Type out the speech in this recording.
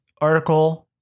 article